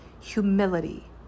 Humility